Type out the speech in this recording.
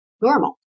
normal